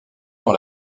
dans